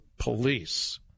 Police